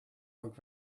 work